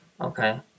Okay